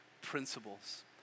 principles